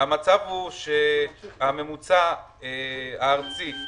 הממוצע הארצי הוא